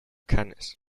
cannes